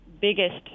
biggest